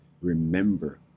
Remember